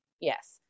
Yes